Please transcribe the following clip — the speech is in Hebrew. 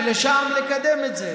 ולשם נקדם את זה.